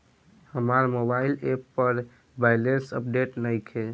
हमार mobile app पर balance update नइखे